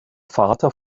vater